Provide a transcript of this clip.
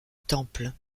temple